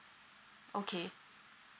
okay